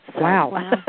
Wow